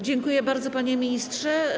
Dziękuję bardzo, panie ministrze.